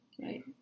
right